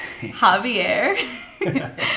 Javier